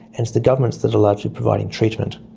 and it's the governments that are largely providing treatment.